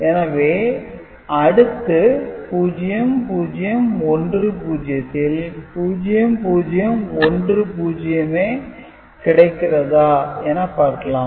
எனவே அடுத்து 0 0 1 0 ல் 0 0 1 0 வே கிடைக்கிறதா என பார்க்கலாம்